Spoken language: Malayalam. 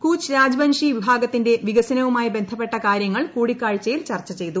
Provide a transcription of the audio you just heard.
കൂച്ച് രാജ്ബൻഷി വിഭാഗത്തിന്റെ വികസനവുമായി ബന്ധപ്പെട്ട കാര്യങ്ങൾ കൂടിക്കാഴ്ചയിൽ ചർച്ച ചെയ്തു